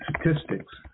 statistics